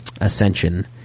Ascension